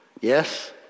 Yes